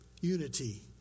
Unity